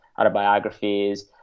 Autobiographies